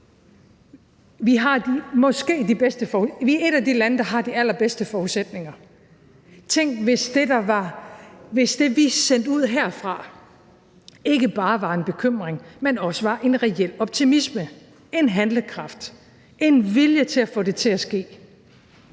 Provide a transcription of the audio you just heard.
Vi er et af de lande, der har de allerbedste forudsætninger. Tænk, hvis det, vi sendte ud herfra, ikke bare var en bekymring, men også var en reel optimisme, en handlekraft, en vilje til at få det til at ske.